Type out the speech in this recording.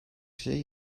şey